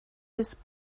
his